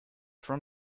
from